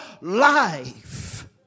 life